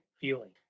feeling